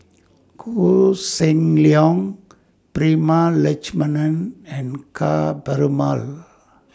Koh Seng Leong Prema Letchumanan and Ka Perumal